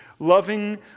Loving